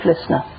listener